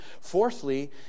fourthly